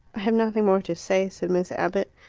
have nothing more to say, said miss abbott.